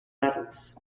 metals